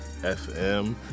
fm